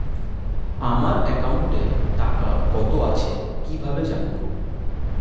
আমার একাউন্টে টাকা কত আছে কি ভাবে জানবো?